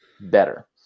better